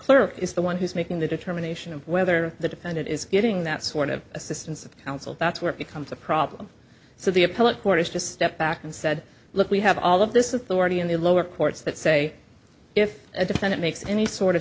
clerk is the one who's making the determination of whether the defendant is getting that sort of assistance of counsel that's where it becomes a problem so the appellate court has just stepped back and said look we have all of this is already in the lower courts that say if a defendant makes any sort of